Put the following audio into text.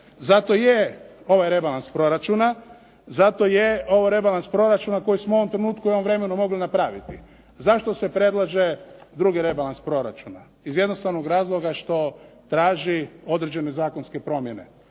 može zaraditi. I dakle, zato je ovaj rebalans proračuna koji smo u ovom trenutku i u ovom vremenu mogli napraviti. Zašto se predlaže drugi rebalans proračuna? Iz jednostavnog razloga što traži određene zakonske promjene.